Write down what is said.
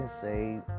say